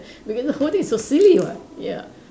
because the whole thing is so silly [what] ya